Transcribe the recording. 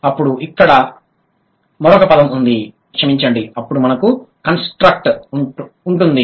అప్పుడు ఇక్కడ మరొక పదం ఉంది క్షమించండి అప్పుడు మనకు కంస్ట్రక్ట్ ఉంటుంది